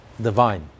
divine